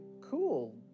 cool